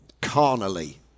carnally